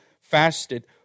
fasted